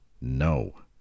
No